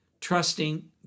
trusting